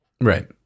right